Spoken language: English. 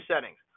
settings